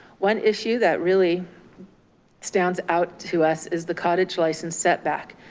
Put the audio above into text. one issue that really stands out to us is the cottage license setback.